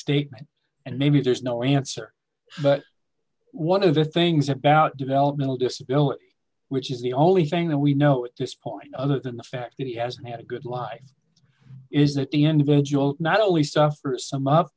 statement and maybe there's no answer but one of the things about developmental disability which is the only thing that we know at this point other than the fact that he has had a good life is not the end of it and you'll not only suffer some